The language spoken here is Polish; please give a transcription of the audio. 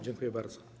Dziękuję bardzo.